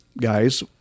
guys